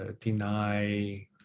deny